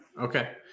Okay